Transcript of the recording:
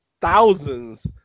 thousands